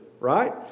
right